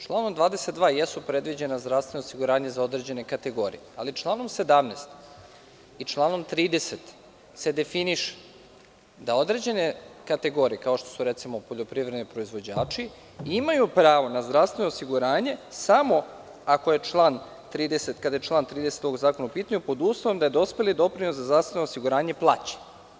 Članom 22. jesu predviđena zdravstvena osiguranja za određene kategorije, ali članom 17. i članom 30. se definiše da određene kategorije, kao što su recimo poljoprivredni proizvođači, imaju pravo na zdravstveno osiguranje samo kada je član 30. ovog zakona u pitanju, pod uslovom da je dospeli doprinos za zdravstveno osiguranje plaćen.